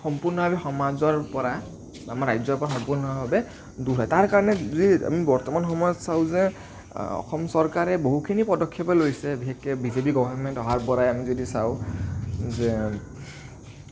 সম্পূৰ্ণ আমাৰ সমাজৰ পৰা আমাৰ ৰাজ্যৰ পৰা সম্পূৰ্ণভাৱে দূৰ হয় তাৰ কাৰণে যদি আমি বৰ্তমান সময়ত চাওঁ যে অসম চৰকাৰে বহুখিনি পদক্ষেপে লৈছে বিশেষকে বি জে পি গৱৰ্মেন্ট অহাৰ পৰা আমি যদি চাওঁ যে